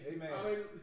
Amen